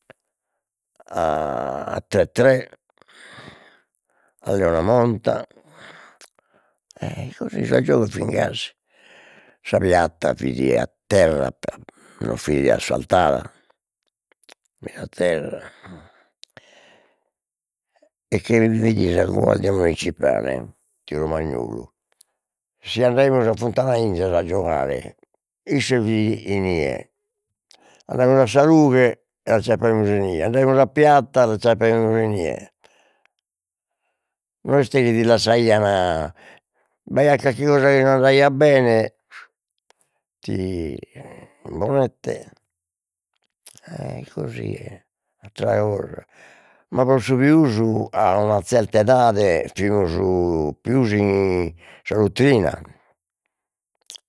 a tre tre, a lena monta, e così sos giogos fin gasi, sa piatta fit a terra tando non fit isfaltada, fit a terra e e chie mi sa guardia municipale tiu Romagnolu, si andaimus a Funtana Inzas a giogare isse fit inie, andaimus a sa Rughe e l'acciappaimus inie, andaimus a piatta l'acciappaimus inie, no est chi ti lassaian, b'aiat calchi cosa chi no andaiat bene ti bonette, e così e attera cosa, ma pro su pius a una zelta edade fimus pius in sa lutrina